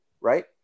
right